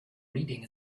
reading